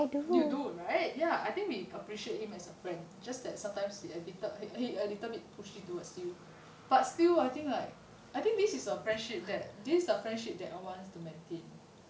you do right ya I think we appreciate him as a friend just that sometimes he a little a little bit pushy towards you but still I think like I think this is a friendship that this is a friendship that wants to maintain